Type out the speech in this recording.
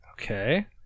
Okay